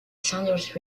sanders